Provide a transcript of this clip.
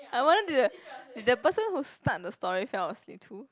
I wonder did the did the person who start the story fell asleep too